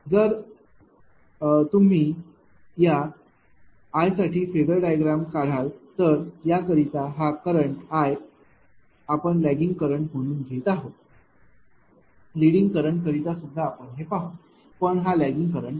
तर जर तुम्ही या I साठी फेजर डायग्राम काढला तर याकरिता हा करंट I आपण लैगिंग करंट म्हणून घेत आहोत लिंडिंग करंट करिता सुद्धा आपण हे पाहु पण हा लैगिंग करंट आहे